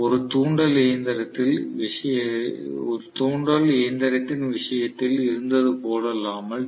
ஒரு தூண்டல் இயந்திரத்தின் விஷயத்தில் இருந்தது போலல்லாமல் டி